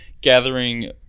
gathering